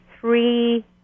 three